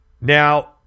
Now